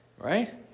right